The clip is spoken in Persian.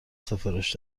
سفارش